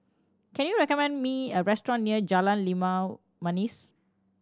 can you recommend me a restaurant near Jalan Limau Manis